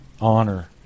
honor